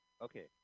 Okay